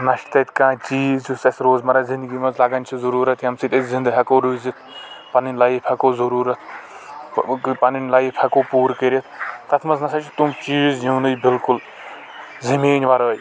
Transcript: نہَ چھُ تَتہِ کانٛہہ چیٖز یُس اَسہِ روزمرٕ زِنٛدگی منٛز لگن چھُ ضروٗرت ییٚمہِ سۭتۍ أسۍ زِنٛدٕ ہٮ۪کو روٗزِتھ پنٕنۍ لایِف ہٮ۪کو ضروٗرت وۅنۍ کٔر پنٕنۍ لایِف ہٮ۪کو پوٗرٕ کٔرِتھ تَتھ منٛز نَسا چھِ تِم چیٖز یِونےٕ بالکل زمیٖنہِ ورأے